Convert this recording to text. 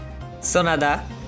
Sonada